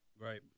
Right